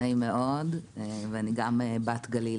נעים מאוד, אני גם בת גליל